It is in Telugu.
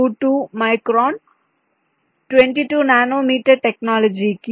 022 మైక్రాన్ 22 నానో మీటర్ టెక్నాలజీకి 0